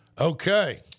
Okay